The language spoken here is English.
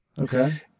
Okay